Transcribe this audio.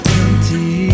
empty